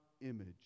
image